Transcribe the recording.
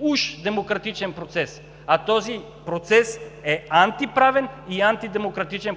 уж демократичен процес. А този процес по съществото си е антиправен и антидемократичен.